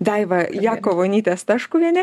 daiva jakovonytė staškuvienė